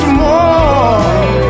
more